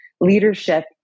leadership